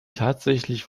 tatsächlich